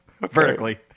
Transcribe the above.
Vertically